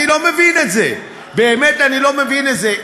אני לא מבין את זה, באמת, אני לא מבין את זה.